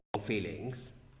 feelings